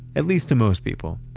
at least to most people.